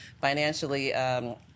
financially